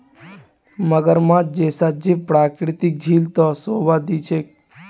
मगरमच्छ जैसा जीव प्राकृतिक झील त शोभा दी छेक